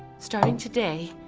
starting today,